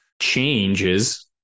changes